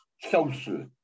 social